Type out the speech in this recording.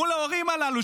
מול ההורים הללו,